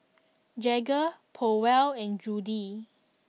Jagger Powell and Judy